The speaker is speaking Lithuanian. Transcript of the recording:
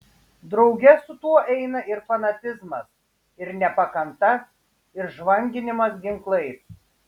drauge su tuo eina ir fanatizmas ir nepakanta ir žvanginimas ginklais